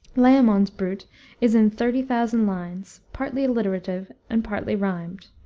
layamon's brut is in thirty thousand lines, partly alliterative and partly rhymed,